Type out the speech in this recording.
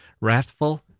wrathful